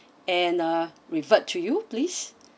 and uh revert to you please